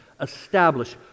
establish